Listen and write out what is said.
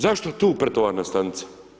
Zašto tu pretovarna stanica?